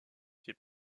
ses